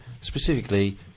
specifically